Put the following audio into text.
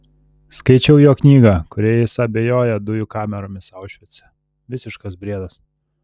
skaičiau jo knygą kurioje jis abejoja dujų kameromis aušvice visiškas briedas